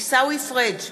עיסאווי פריג'